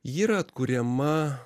ji yra atkuriama